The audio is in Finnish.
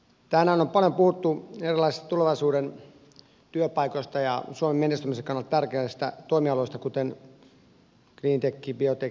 tänään on paljon puhuttu erilaisista tulevaisuuden työpaikoista ja suomen menestymisen kannalta tärkeistä toimialoista kuten cleantechistä biotekniikasta it alasta muun muassa